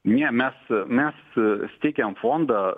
ne mes mes steikiam fondą